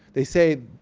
they say,